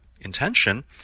intention